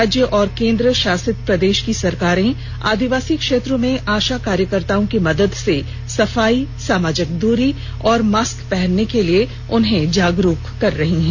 राज्य व केन्द्र शासित प्रदेश की सरकारें आदिवासी क्षेत्रों में आशा कार्यकर्ताओं की मदद से सफाई सामाजिक दूरी और मॉस्क पहनने के लिए जागरुक कर रही हैं